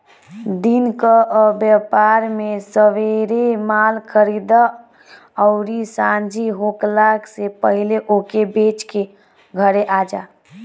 दिन कअ व्यापार में सबेरे माल खरीदअ अउरी सांझी होखला से पहिले ओके बेच के घरे आजा